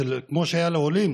כמו שהיה לעולים,